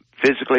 physically